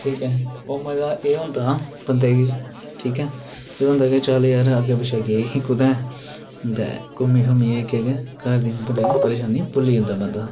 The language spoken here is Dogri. ठीक ऐ ओह् मजा एह् होंदा बंदे गी ठीक ऐ चल यार अग्गे पिच्छे गे हे कुतै ते घुम्मी शुम्मी घरै परेशानियां भुल्ली जंदा दियां